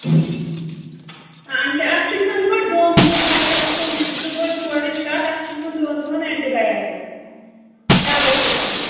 آ اَچھا اَتھ چھُ کھیوٚن گوڈٕ دۄن دۄہَن حظ چھُ اَتھ کھیوٚن ژٕ بوز یوڑٕچ کَتھ اَتھ چھِ کھیوٚن دۄن دۄہَن اٮ۪نٹی بَیاٹِک دَوا چھُس کھیوٚن